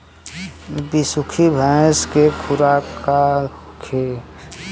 बिसुखी भैंस के खुराक का होखे?